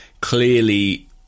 clearly